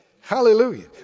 Hallelujah